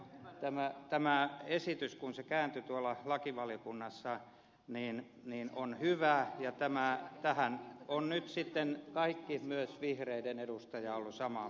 tämä esitys kun se kääntyi tuolla lakivaliokunnassa on hyvä ja tästä ovat nyt sitten kaikki myös vihreiden edustaja olleet samaa mieltä